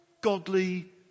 godly